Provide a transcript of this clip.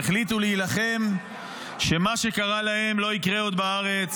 והחליטו להילחם שמה שקרה להם לא יקרה עוד בארץ,